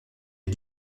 est